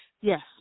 Yes